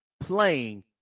playing